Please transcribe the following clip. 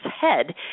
head